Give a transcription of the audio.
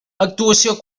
actuació